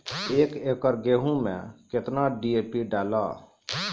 एक एकरऽ गेहूँ मैं कितना डी.ए.पी डालो?